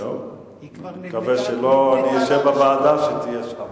אני מקווה שלא נשב בוועדה שתהיה שם.